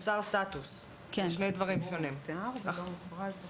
עברתי על כל מה שיש בתוכנית החינוך היום, שבוע